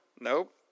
Nope